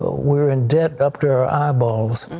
we are in debt up to our eye balls.